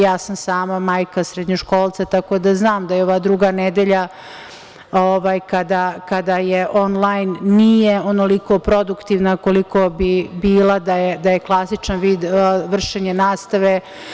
Ja sam sama majka srednjoškolca, tako da znam da ova druga nedelja, kada je onlajn, nije onoliko produktivna koliko bi bila da je klasičan vid vršenja nastave.